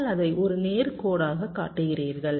நீங்கள் அதை ஒரு நேர் கோடாகக் காட்டுகிறீர்கள்